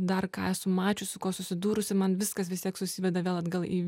dar ką esu mačius susidūrusi man viskas vis tiek susiveda vėl atgal į